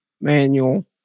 manual